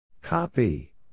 Copy